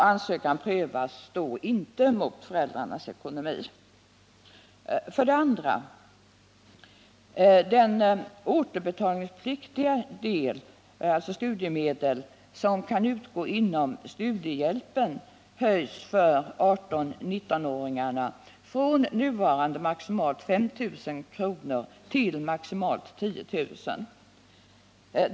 Ansökan prövas då inte mot föräldrarnas ekonomi. 2. De återbetalningspliktiga studiemedel som kan utgå inom studiehjälpssystemet höjs för 18-19-åringarna från nuvarande maximalt 5 000 kr. till maximalt 10 000 kr.